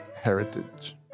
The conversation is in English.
heritage